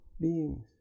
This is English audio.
beings